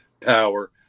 power